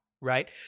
right